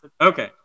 Okay